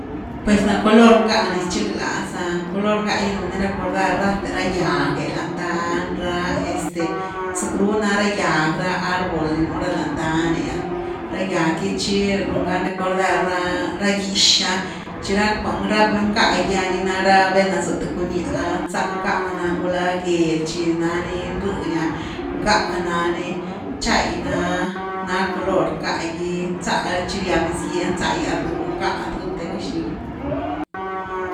Pues ná color ngá na rchiglaza ah, color ngá run ni recordar rathe ra gyag’e lañ dany ra, este, zackru ná ra gyag ra árbol ni nú ra lañ dany’ah ra gyag gy tchi run gani recordar ra –ra gíx ‘ah chi ra cuan ra ngá gi’a ni na ra vel na za th cuñáh nzá ngá nani gula gel chi naninrëny’a, ngá nani chai na color ngá gy, nzá, chi riab niz gye nzagyas rlui ngá dëthe gëxlyw.